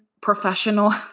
professional